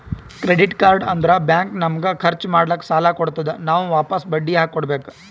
credit card ಅಂದುರ್ bank ನಮಗ ಖರ್ಚ್ ಮಾಡ್ಲಾಕ್ ಸಾಲ ಕೊಡ್ತಾದ್, ನಾವ್ ವಾಪಸ್ ಬಡ್ಡಿ ಹಾಕಿ ಕೊಡ್ಬೇಕ